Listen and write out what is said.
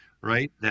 right